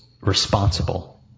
responsible